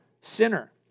sinner